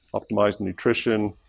optimized nutrition,